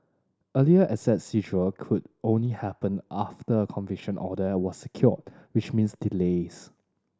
earlier asset seizure could only happen after a conviction order was secured which meant delays